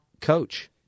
coach